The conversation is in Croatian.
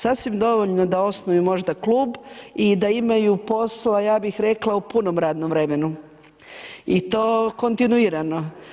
Sasvim dovoljno da osnuju možda klub i da imaju posla ja bih rekla, u puno radnom vremenu i to kontinuirano.